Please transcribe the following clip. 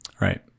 right